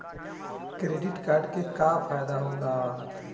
Credit card के का फायदा होला?